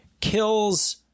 kills